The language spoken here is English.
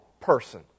person